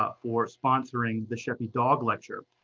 ah for sponsoring the sheppy dog lecture.